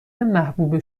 محبوب